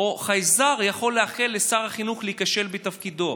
או חייזר יכול לאחל לשר החינוך להיכשל בתפקידו.